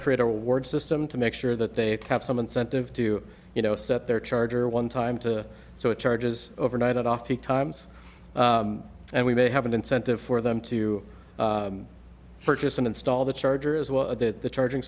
create a reward system to make sure that they have some incentive to you know set their charger one time to so it charges overnight at off peak times and we may have an incentive for them to purchase and install the charger as well that the charging